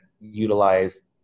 utilize